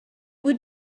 would